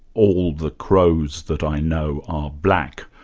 all the crows that i know are black,